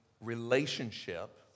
relationship